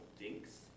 DINKS